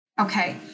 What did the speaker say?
Okay